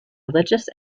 religious